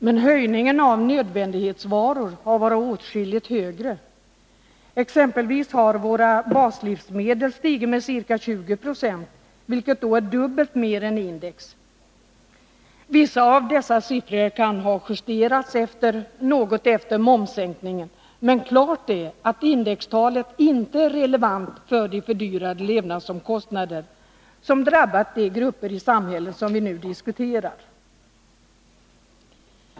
Men höjningen av priserna på nödvändighetsvaror har varit åtskilligt större. Priserna på våra baslivsmedel har exempelvis stigit med ca 20 96, vilket då är dubbelt så mycket som index. Vissa av dessa siffror kan ha justerats något efter momssänkningen, men klart är att indextalet inte är relevant för de fördyrade levnadsomkostnader som drabbat de grupper i samhället som vi nu diskuterar.